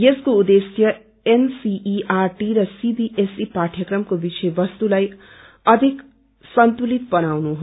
यसको उद्देश्य एनसीईआरटी र सीबीएसई पाठचक्रमको विषय वस्तुलाई अधिक सन्तुलित बनाउन हो